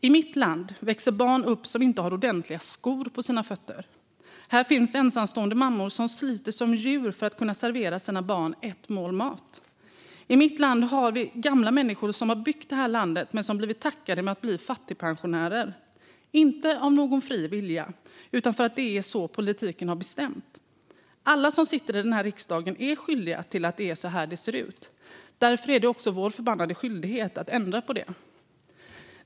I mitt land växer barn upp som inte har ordentliga skor på sina fötter. Här finns ensamstående mammor som sliter som djur för att kunna servera sina barn ett mål mat. I mitt land har vi gamla människor som har byggt det här landet men som blivit tackade genom att bli fattigpensionärer - inte av någon fri vilja utan för att det är så politiken har bestämt. Alla som sitter i den här riksdagen är skyldiga till att det är så här det ser ut. Därför är det också vår förbannade skyldighet att ändra på det.